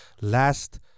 last